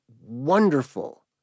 wonderful